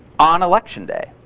on election day.